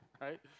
right